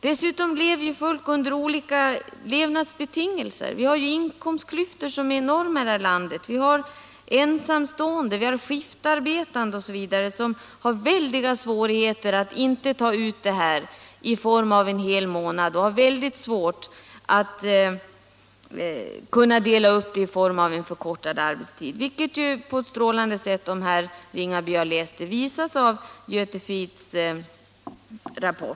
Dessutom lever folk under olika betingelser. Vi har inkomstklyftor som är enorma här i landet. Ensamstående, skiftarbetare, m.fl. har väldiga svårigheter att dela upp ledigheten och ta ut den i form av förkortad arbetstid. Det visas på ett strålande sätt av Göte Fridhs rapport, om herr Ringaby har läst den.